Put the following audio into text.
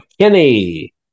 Kenny